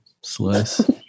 slice